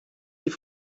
die